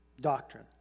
doctrine